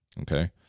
Okay